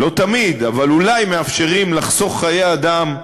לא תמיד, אבל אולי מאפשרים לחסוך חיי אדם,